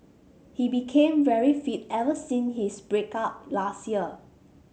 he became very fit ever since his break up last year